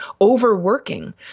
overworking